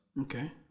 Okay